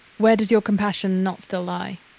where does your compassion not still lie?